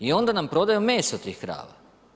I onda nam prodaju meso tih krava.